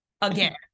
again